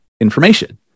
information